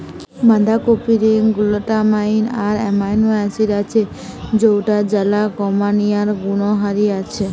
বাঁধাকপিরে glutamine আর amino acid আছে যৌটার জ্বালা কমানিয়ার গুণহারি আছে